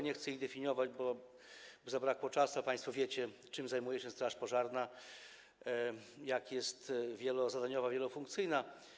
Nie chcę ich definiować, bo zabrakłoby czasu, a państwo wiecie, czym zajmuje się straż pożarna, jak jest wielozadaniowa, wielofunkcyjna.